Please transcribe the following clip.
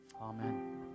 Amen